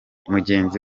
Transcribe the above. mugenzi